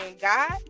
God